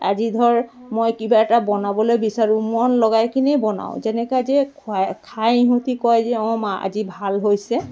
আজি ধৰ মই কিবা এটা বনাবলৈ বিচাৰোঁ মন লগাই কিনে বনাওঁ যেনেকা যে খো খাই ইহঁতি কয় যে অঁ মা আজি ভাল হৈছে